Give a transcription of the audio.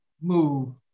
move